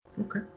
Okay